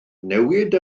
newid